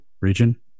Region